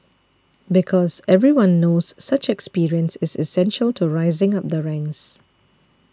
because everyone knows such experience is essential to rising up the ranks